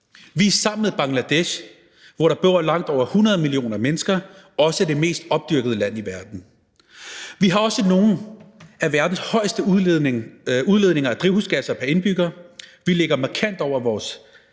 Vi er sammen med Bangladesh, hvor der bor langt over 100 millioner mennesker, også det mest opdyrkede land i verden. Vi har også nogle af verdens højeste udledninger af drivhusgasser pr. indbygger, vi ligger markant over vores